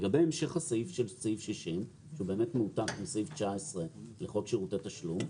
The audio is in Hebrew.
לגבי המשך סעיף 60 שהוא באמת מועתק מסעיף 19 לחוק שירותי תשלום,